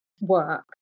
work